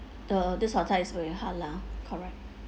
the uh this hotel is with halal correct